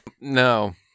No